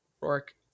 Rourke